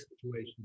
situation